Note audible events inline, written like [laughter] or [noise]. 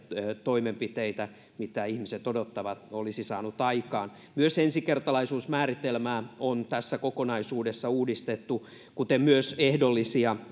toimenpiteitä mitä ihmiset odottavat olisi saanut aikaan myös ensikertalaisuusmääritelmää on tässä kokonaisuudessa uudistettu kuten myös ehdollisia [unintelligible]